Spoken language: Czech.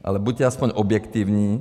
Ale buďte aspoň objektivní.